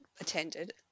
attended